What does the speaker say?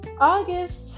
August